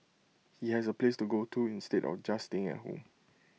he has A place to go to instead of just staying at home